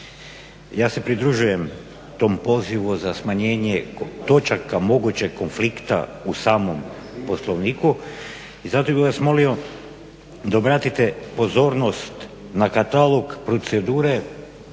Ja se pridružujem tom pozivu za smanjenje točaka mogućih konflikata u samom Poslovniku i zato bih vas molio da obratite pozornost na katalog procedure